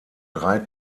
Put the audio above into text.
drei